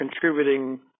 contributing